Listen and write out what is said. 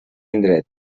indret